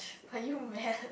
are you mad